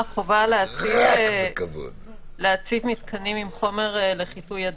ההוראות להציג מתקנים עם חומר לחיטוי ידיים.